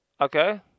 Okay